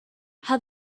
how